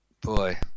boy